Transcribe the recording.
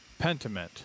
Pentiment